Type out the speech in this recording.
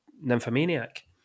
*Nymphomaniac*